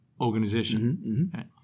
organization